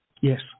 Yes